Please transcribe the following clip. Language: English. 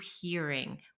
hearing